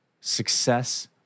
success